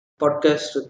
podcast